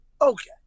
okay